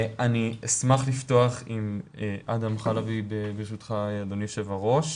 אשמח לפתוח עם אדהם חלבי ברשותך אדוני היו"ר.